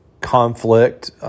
conflict